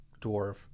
dwarf